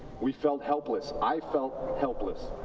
we felt helpless. i felt helpless.